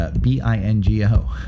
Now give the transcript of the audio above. B-I-N-G-O